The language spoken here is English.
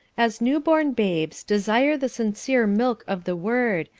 as new born babes, desire the sincere milk of the word,